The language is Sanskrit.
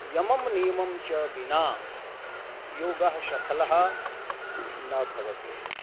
यमं नियमं च विना योगः सफलः न भवति